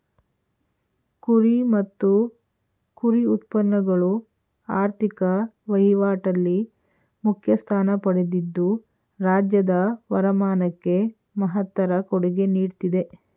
ಕುರಿ ಮತ್ತು ಕುರಿ ಉತ್ಪನ್ನಗಳು ಆರ್ಥಿಕ ವಹಿವಾಟಲ್ಲಿ ಮುಖ್ಯ ಸ್ಥಾನ ಪಡೆದಿದ್ದು ರಾಜ್ಯದ ವರಮಾನಕ್ಕೆ ಮಹತ್ತರ ಕೊಡುಗೆ ನೀಡ್ತಿದೆ